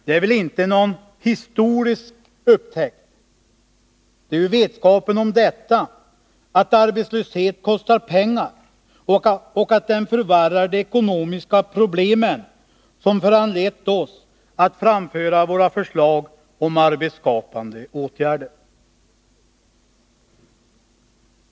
Det är väl inte någon historisk upptäckt — det är ju vetskapen om att arbetslöshet kostar pengar och att den förvärrar de ekonomiska problemen som har föranlett oss att framföra våra förslag om arbetsskapande åtgärder.